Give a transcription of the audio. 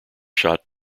shot